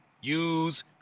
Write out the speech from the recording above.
use